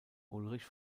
ulrich